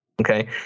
Okay